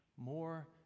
more